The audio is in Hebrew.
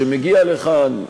שמגיע לכאן,